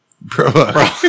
bro